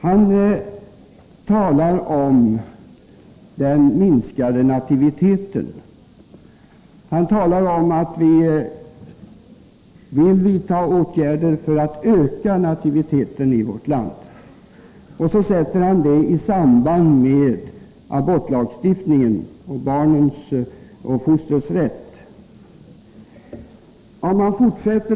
Han talar om den minskade nativiteten. Han talar om att vi vill vidta åtgärder för att öka nativiteten i vårt land, och så sätter han det i samband med abortlagstiftningen och fostrets rätt.